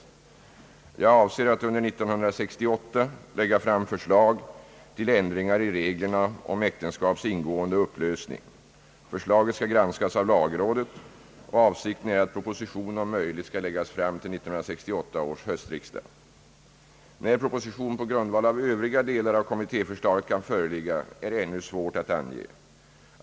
Jag avser att under år 1968 lägga fram förslag till ändringar i reglerna om äktenskaps ingående och upplösning. Förslaget skall granskas av lagrådet. Avsikten är att proposition om möjligt skall läggas fram till 1968 års höstriksdag. När proposition på grundval av övriga delar av kommittéförslaget kan föreligga är ännu svårt att ange.